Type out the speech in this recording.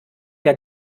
der